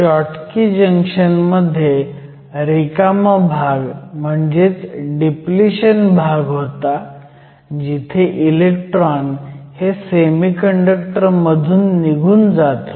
Schottky junction मध्ये रिकामा भाग म्हणजेच डिप्लिशन भाग होता जिथे इलेक्ट्रॉन हे सेमीकंडक्टर मधून निघून जात होते